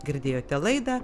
girdėjote laidą